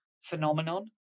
phenomenon